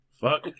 Fuck